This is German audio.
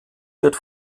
wird